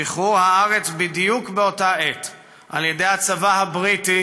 שחרור הארץ בדיוק באותה עת על ידי הצבא הבריטי,